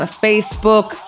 Facebook